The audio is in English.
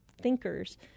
thinkers